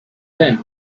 then